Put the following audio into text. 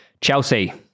Chelsea